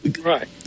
Right